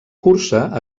cursa